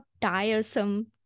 tiresome